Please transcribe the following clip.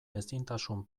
ezintasun